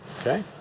Okay